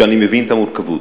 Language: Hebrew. ואני מבין את המורכבות.